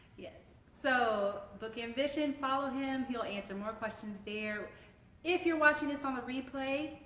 yes. so, bookamibition, follow him! he'll answer more questions there if you're watching this on the replay,